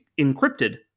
encrypted